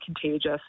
contagious